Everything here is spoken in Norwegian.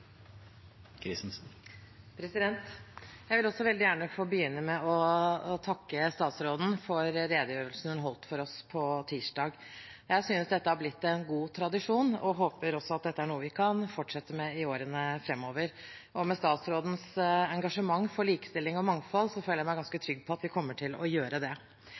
Jeg vil også veldig gjerne få begynne med å takke statsråden for redegjørelsen hun holdt for oss på tirsdag. Jeg synes dette er blitt en god tradisjon, og håper også at dette er noe vi kan fortsette med i årene framover. Og med statsrådens engasjement for likestilling og mangfold føler jeg meg ganske trygg på at vi kommer til å gjøre det.